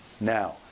now